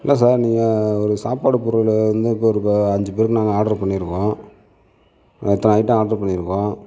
இல்லை சார் நீங்கள் ஒரு சாப்பாடு பொருள் வந்து அஞ்சு பேருக்கு நாங்கள் ஆட்ரு பண்ணி இருக்கோம் இத்தனை ஐட்டம் ஆட்ரு பண்ணி இருக்கோம்